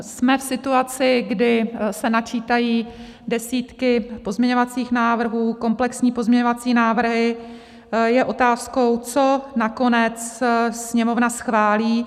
Jsme v situaci, kdy se načítají desítky pozměňovacích návrhů, komplexní pozměňovací návrhy, je otázkou, co nakonec Sněmovna schválí.